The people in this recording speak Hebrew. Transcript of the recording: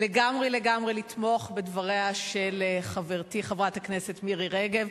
לגמרי לגמרי לתמוך בדבריה של חברתי חברת הכנסת מירי רגב.